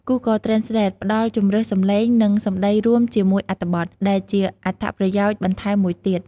Google Translate ផ្តល់ជម្រើសសំឡេង និងសំដីរួមជាមួយអត្ថបទ ដែលជាអត្ថប្រយោជន៍បន្ថែមមួយទៀត។